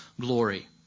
glory